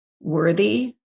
worthy